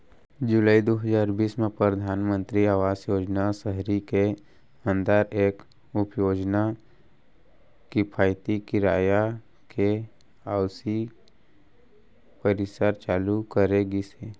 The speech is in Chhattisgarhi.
जुलाई दू हजार बीस म परधानमंतरी आवास योजना सहरी के अंदर एक उपयोजना किफायती किराया के आवासीय परिसर चालू करे गिस हे